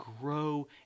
grow